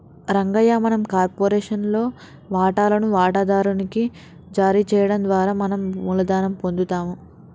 రంగయ్య మనం కార్పొరేషన్ లోని వాటాలను వాటాదారు నికి జారీ చేయడం ద్వారా మనం మూలధనం పొందుతాము